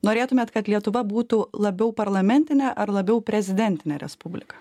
norėtumėt kad lietuva būtų labiau parlamentinė ar labiau prezidentinė respublika